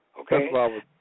Okay